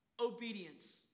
obedience